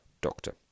doctor